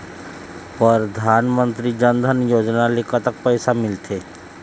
परधानमंतरी जन धन योजना ले कतक पैसा मिल थे?